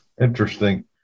Interesting